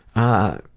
ah,